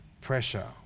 pressure